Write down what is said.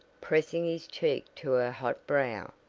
pressing his cheek to her hot brow.